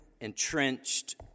entrenched